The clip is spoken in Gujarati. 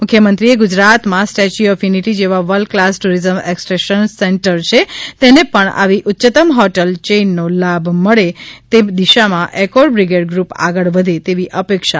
મુખ્યમંત્રીશ્રીએ ગુજરાતમાં સ્ટેચ્યુ ઓફ યુનિટી જેવા world class tourism attraction center છે તેને પણ આવી ઉચ્ચત્તમ હોટલ ચેઇનનો લાભ મળે તે દિશામાં એકોર બ્રિગેડ ગૃપ આગળ વધે તેવી અપેક્ષા વ્યકત કરી હતી